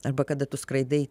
arba kada tu skraidai